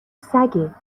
سگه